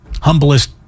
humblest